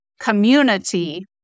community